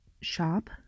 shop